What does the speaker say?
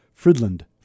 Fridland